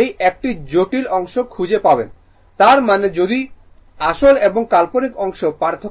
এই একটি জটিল অংশ খুঁজে পাবেন তার মানে যদি আসল এবং কাল্পনিক অংশ পৃথক করা হয়